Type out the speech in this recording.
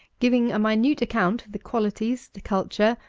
giving a minute account of the qualities, the culture,